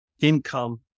income